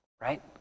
right